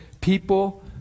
People